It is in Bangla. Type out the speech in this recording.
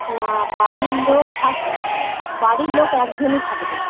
না বাড়ির লোক বাড়ির লোক একজনই থাকবে